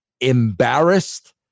embarrassed